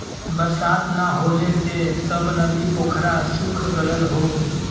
बरसात ना होले से सब नदी पोखरा सूख गयल हौ